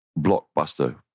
blockbuster